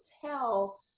tell